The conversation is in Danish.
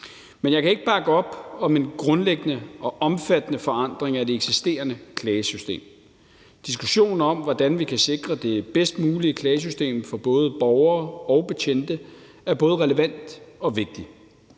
Men jeg kan ikke bakke op om en grundlæggende og omfattende forandring af det eksisterende klagesystem. Diskussionen om, hvordan vi kan sikre det bedst mulige klagesystem for både borgere og betjente, er både relevant og vigtig.